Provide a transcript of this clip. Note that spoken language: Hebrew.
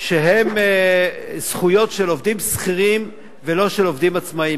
שעניינם זכויות של עובדים שכירים ולא של עובדים עצמאים,